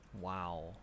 Wow